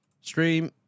Stream